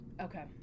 Okay